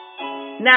now